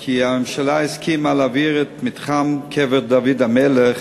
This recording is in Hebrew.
כי הממשלה הסכימה להעביר את מתחם קבר דוד המלך